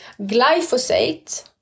Glyphosate